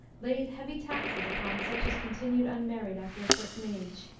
laid heavy taxes upon such as continued unmarried after a certain age,